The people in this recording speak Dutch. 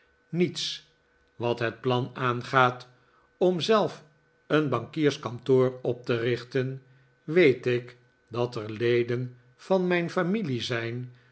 niets wat het plan aangaat om zelf een bankierskantoor op te richten weet ik dat er leden van mijn familie zijn